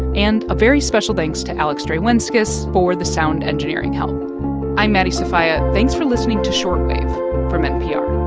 and a very special thanks to alex drewenskus for the sound engineering help i'm maddie sofia. thanks for listening to short wave from npr